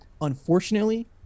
unfortunately